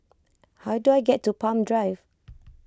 how do I get to Palm Drive